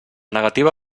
negativa